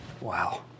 Wow